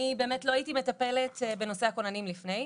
אני באמת לא הייתי מטפלת בנושא הכוננים לפני.